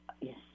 Yes